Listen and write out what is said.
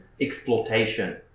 exploitation